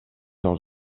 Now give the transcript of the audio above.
els